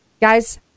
guys